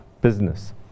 business